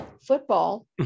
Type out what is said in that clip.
football